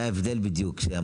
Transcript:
זה ההבדל בדיוק.